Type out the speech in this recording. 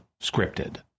scripted